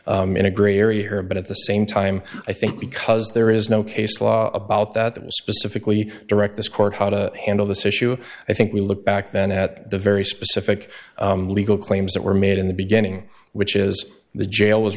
of in a gray area here but at the same time i think because there is no case law about that that was specifically direct this court how to handle this issue i think we look back then at the very specific legal claims that were made in the beginning which is the jail was